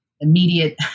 immediate